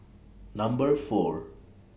Number four